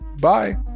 bye